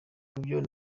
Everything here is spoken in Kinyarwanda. kubyo